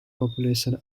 population